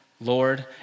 Lord